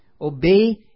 Obey